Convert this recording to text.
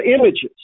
images